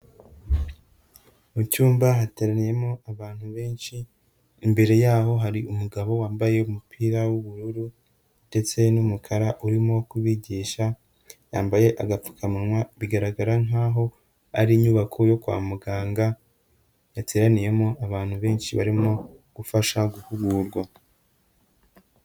Mu cyumba hateraniyemo abantu benshi, imbere yaho hari umugabo wambaye umupira w'ubururu ndetse n'umukara urimo kubigisha, yambaye agapfukamunwa bigaragara nk'aho ari inyubako yo kwa muganga, yateraniyemo abantu benshi barimo gufasha guhugurwa.